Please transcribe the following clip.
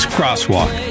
Crosswalk